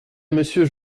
monsieur